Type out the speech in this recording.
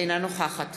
אינה נוכחת